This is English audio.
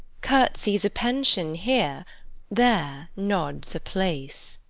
curtsies a pension here there nods a place.